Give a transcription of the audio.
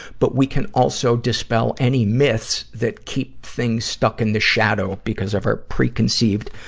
but we can also dispel any myths that keep things stuck in the shadow because of our preconceived,